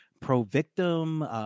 Pro-victim